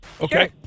Okay